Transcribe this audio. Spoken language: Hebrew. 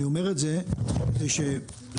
אני אומר את זה כדי שלפחות,